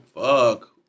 fuck